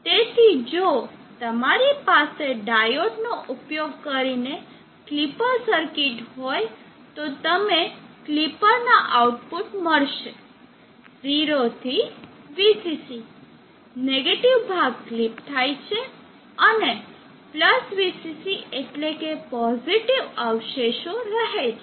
તેથી જો તમારી પાસે ડાયોડ નો ઉપયોગ કરીને ક્લિપર સર્કિટ હોય તો તમને ક્લિપરના આઉટપુટ પર મળશે 0 થી Vcc નેગેટીવ ભાગ ક્લિપ થાય છે અને VCC એટલે કે પોઝિટિવ અવશેષો રહે છે